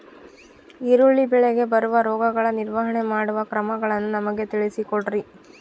ಈರುಳ್ಳಿ ಬೆಳೆಗೆ ಬರುವ ರೋಗಗಳ ನಿರ್ವಹಣೆ ಮಾಡುವ ಕ್ರಮಗಳನ್ನು ನಮಗೆ ತಿಳಿಸಿ ಕೊಡ್ರಿ?